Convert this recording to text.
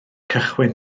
cychwyn